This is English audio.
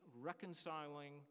reconciling